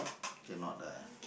cannot lah